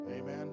Amen